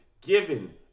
given